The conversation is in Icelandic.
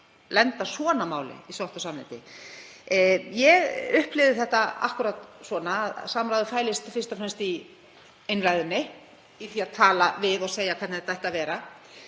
lenda svona máli, í sátt og samlyndi. Ég upplifði þetta akkúrat svona, að samráðið fælist fyrst og fremst í einræðunni, í því að tala við okkur og segja hvernig þetta ætti að vera.